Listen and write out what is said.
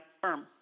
firm